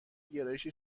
گرایش